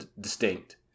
distinct